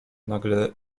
nagle